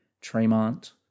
Tremont